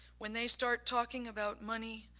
when they start talking about money,